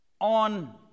On